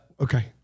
Okay